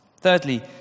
Thirdly